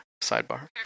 sidebar